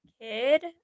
kid